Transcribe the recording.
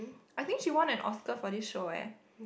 I think she won an Oscar for this show eh